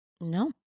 No